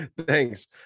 thanks